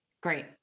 Great